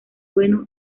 bueno